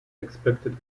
expected